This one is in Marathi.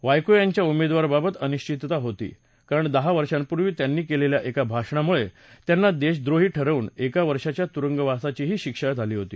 वायको यांच्या उमेदवार बाबत अनिश्वितता होती कारण दहा वर्षांपूर्वी त्यांनी केलेल्या एका भाषणामुळे त्यांना देशद्रोही ठरवून एक वर्षाच्या तुरुंगवासाचीही शिक्षा झाली होती